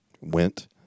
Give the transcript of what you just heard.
Went